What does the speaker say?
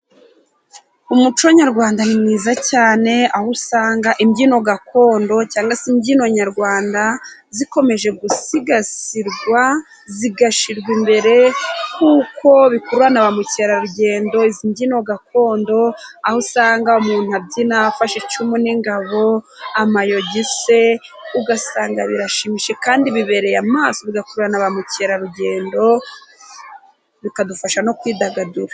Umuco nyarwanda ni mwiza cyane， aho usanga imbyino gakondo，cyangwa se imbyino nyarwanda zikomeje gusigasirwa zigashyirwa imbere， kuko bikurura ba mukerarugendo，imbyino gakondo aho usanga umuntu abyina afashe icumu n'ingabo，amayogi se， ugasanga birashimishije kandi bibereye amaso， bigakururana na ba mukerarugendo，bikadufasha no kwidagadura.